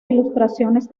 ilustraciones